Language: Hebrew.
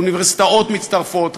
אוניברסיטאות מצטרפות,